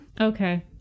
Okay